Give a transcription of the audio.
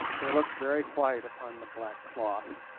they looked very white upon the black cloth!